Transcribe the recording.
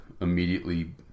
immediately